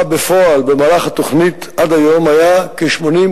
בפועל במהלך התוכנית עד היום היה כ-88%.